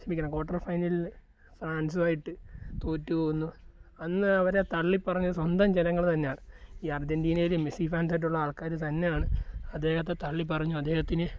ക്ഷമിക്കണം ക്വാർട്ടർ ഫൈനലിൽ ഫ്രാൻസുമായിട്ട് തോറ്റു പോകുന്നു അന്ന് അവരെ തള്ളിപ്പറഞ്ഞ സ്വന്തം ജനങ്ങൾ തന്നെയാണ് ഈ അർജൻറ്റിനയിലും മെസ്സി ഫാനായിട്ടുള്ള ആൾക്കാർ തന്നെയാണ് അദ്ദേഹത്തെ തള്ളിപ്പറഞ്ഞു അദ്ദേഹത്തിന്